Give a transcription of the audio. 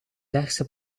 rechtse